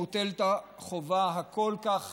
מוטלת החובה הכל-כך